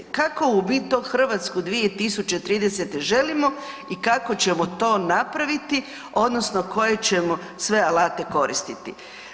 Kakovu mi to Hrvatsku 2030. želimo i kako ćemo to napraviti odnosno koje ćemo sve alate koristiti?